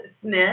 smith